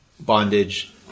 Bondage